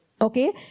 Okay